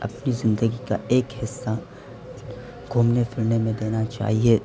اپنی زندگی کا ایک حصہ گھومنے پھرنے میں دینا چاہیے